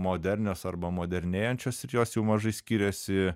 modernios arba modernėjančios ir jos jau mažai skiriasi